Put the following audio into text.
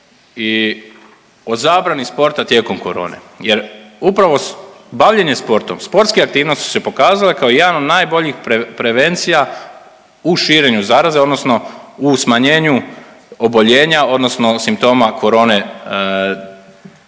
i o zabrani sporta tijekom korone jer upravo bavljenje sportom, sportske aktivnosti su se pokazale kao jedan od najboljih prevencija u širenju zaraze odnosno u smanjenju oboljenja odnosno simptoma korone